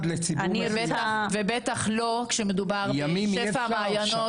ובטח לא כשמדובר בשפע המעיינות.